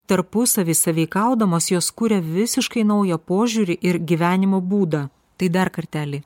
tarpusavy sąveikaudamos jos kuria visiškai naują požiūrį ir gyvenimo būdą tai dar kartelį